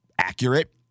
accurate